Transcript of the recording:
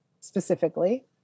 specifically